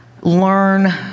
learn